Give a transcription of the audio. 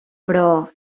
però